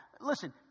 Listen